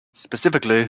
specifically